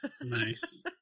Nice